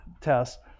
tests